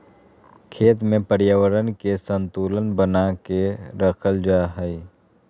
खेत में पर्यावरण के संतुलन बना के रखल जा हइ